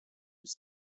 his